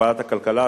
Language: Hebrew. בוועדת הכלכלה,